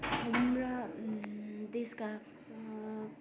हाम्रा देशका